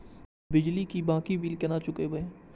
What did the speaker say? बिजली की बाकी बील केना चूकेबे?